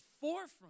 forefront